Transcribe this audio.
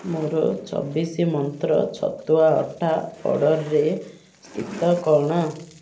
ମୋର ଚବିଶ ମନ୍ତ୍ର ଛତୁଆ ଅଟା ଅର୍ଡ଼ର୍ରେ ସ୍ଥିତି କ'ଣ